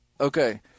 okay